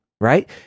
Right